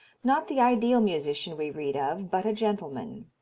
not the ideal musician we read of, but a gentleman.